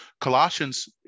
Colossians